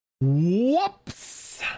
Whoops